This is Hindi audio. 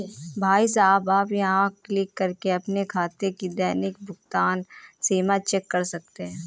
भाई साहब आप यहाँ क्लिक करके अपने खाते की दैनिक भुगतान सीमा चेक कर सकते हैं